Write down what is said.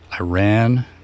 Iran